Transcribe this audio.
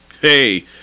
Hey